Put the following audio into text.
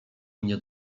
mnie